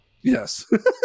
Yes